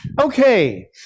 Okay